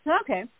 Okay